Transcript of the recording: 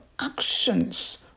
actions